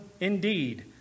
indeed